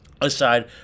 aside